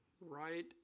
right